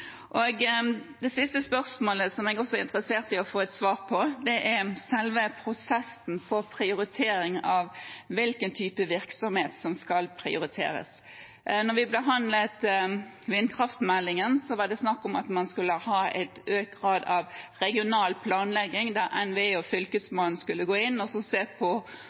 Det siste spørsmålet som jeg også er interessert i å få et svar på, er om selve prosessen for prioritering, hvilken type virksomhet som skal prioriteres. Da vi behandlet vindkraftmeldingen, var det snakk om at man skulle ha økt grad av regional planlegging, der NVE og Fylkesmannen skulle gå inn og se på